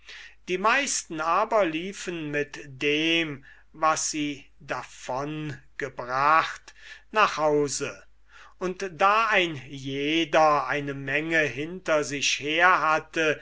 die meisten aber liefen mit dem was sie davon gebracht nach hause und da ein jeder eine menge hinter sich her hatte